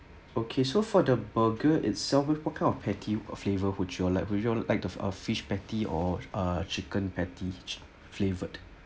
okay so for the burger itself with what kind of patty of flavour would you all like would you all like the ah fish patty or a chicken patty flavoured